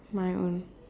my own